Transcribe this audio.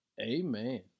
amen